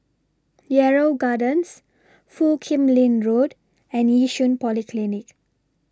Yarrow Gardens Foo Kim Lin Road and Yishun Polyclinic